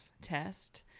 test